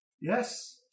Yes